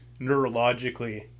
neurologically